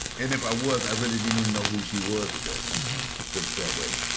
and if i was, i really didn't even know who she was at that time, to put it that way.